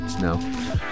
No